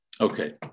Okay